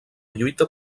lluita